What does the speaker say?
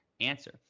answer